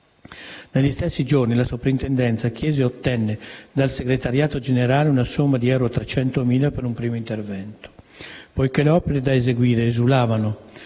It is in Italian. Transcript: Negli stessi giorni la Soprintendenza chiese e ottenne dal Segretariato generale una somma di 300.000 euro per un primo intervento. Poiché le opere da eseguire esulavano